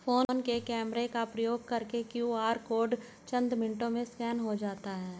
phone के camera का प्रयोग करके क्यू.आर कोड चंद मिनटों में स्कैन हो जाता है